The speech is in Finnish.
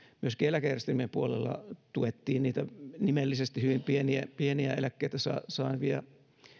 myöskin eläkejärjestelmien puolella tuettiin niitä nimellisesti hyvin pieniä pieniä eläkkeitä saavia saavia